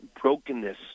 brokenness